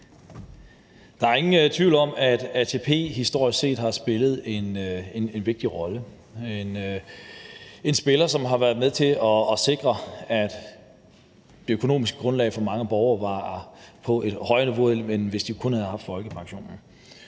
Der er ingen tvivl om, at ATP historisk set har spillet en vigtig rolle, og at det er en spiller, som har været med til at sikre, at det økonomiske grundlag for mange borgere var på et højere niveau, end hvis de kun havde haft folkepensionen.